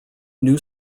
new